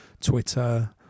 Twitter